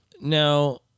now